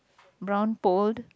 brown pole